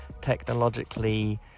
technologically